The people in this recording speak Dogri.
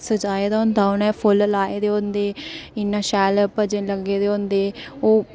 सजाए दा होंदा उ'नें फुल्ल लाए दे होंदे इ'न्ना शैल भजन लग्गे दे होंदे ओह्